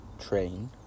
Train